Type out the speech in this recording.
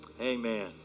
amen